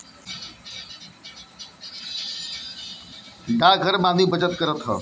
डाकघर बैंक से आदमी आपन छोट मोट बचत के रख सकेला